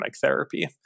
therapy